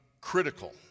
critical